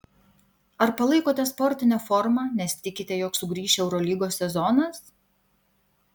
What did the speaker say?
ar palaikote sportinę formą nes tikite jog sugrįš eurolygos sezonas